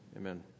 Amen